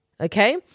okay